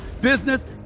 business